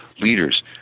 leaders